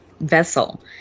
vessel